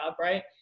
right